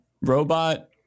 robot